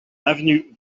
avenue